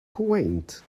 quaint